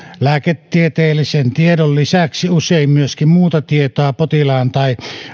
lääketieteellisen tiedon lisäksi usein myöskin muuta tietoa potilaan tai